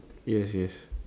yes yes